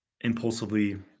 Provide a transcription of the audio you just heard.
impulsively